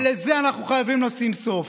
ולזה אנחנו חייבים לשים סוף.